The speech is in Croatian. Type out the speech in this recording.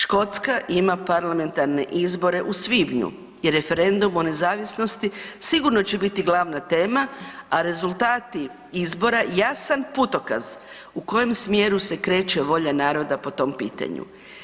Škotska ima parlamentarne izbore u svibnju i referendum o nezavisnosti sigurno će biti glavna tema, a rezultati izbora jasan putokaz u kojem smjeru se kreće volja naroda po tom pitanju.